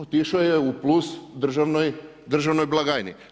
Otišo je u plus državnoj blagajni.